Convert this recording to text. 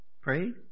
pray